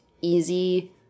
easy